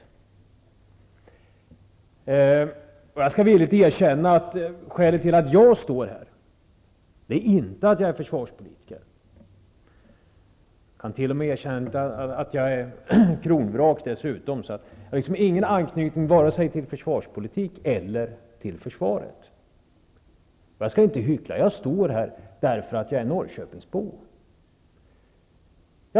Jag skall villigt erkänna att skälet till att jag står i talarstolen inte är att jag är någon försvarspolitiker. Jag kan t.o.m. erkänna att jag dessutom är kronvrak och inte har någon som helst anknytning till försvarspolitiken eller till försvaret. Jag står här därför att jag är norrköpingsbo, och det skall jag inte hyckla om.